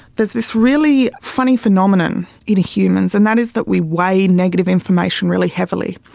there's this really funny phenomenon in humans and that is that we weigh negative information really heavily.